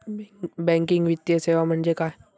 Banking वित्तीय सेवा म्हणजे काय?